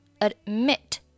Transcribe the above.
admit